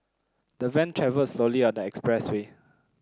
the van travelled slowly on the expressway